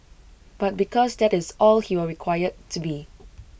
but because that is all he will required to be